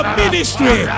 ministry